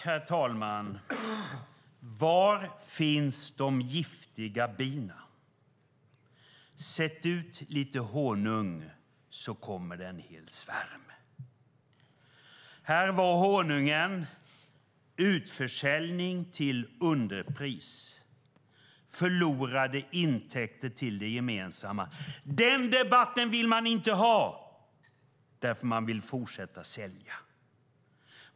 Herr talman! Var finns de giftiga bina? Sätt ut lite honung, så kommer det en hel svärm. Här bestod honungen av utförsäljning till underpris och förlorade intäkter till det gemensamma. Men den debatten vill man inte ha. Man vill fortsätta att sälja.